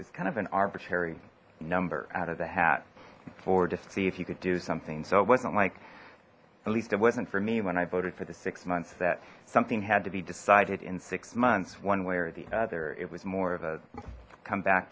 it's kind of an arbitrary number out of the hat or different see if you could do something so it wasn't like the least it wasn't for me when i voted for the six months that something had to be decided in six months one way or the other it was more of a come back